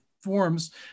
forms